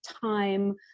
time